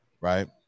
right